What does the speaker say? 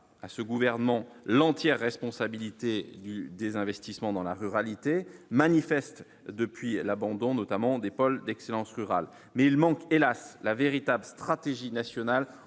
à ce gouvernement l'entière responsabilité du désinvestissement dans la ruralité manifeste depuis l'abandon notamment des pôles d'excellence rurale mais il manque hélas la véritable stratégie nationale